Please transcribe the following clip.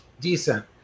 decent